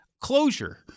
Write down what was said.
closure